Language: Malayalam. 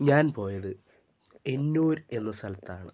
ഞാൻ പോയത് എന്നൂർ എന്ന സ്ഥലത്താണ്